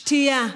שתייה,